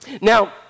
Now